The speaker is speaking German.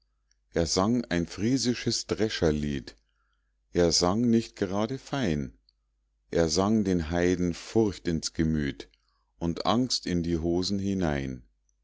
er sang ein friesisches drescherlied er sang nicht gerade fein er sang den heiden furcht ins gemüt und angst in die hosen hinein